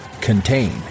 contain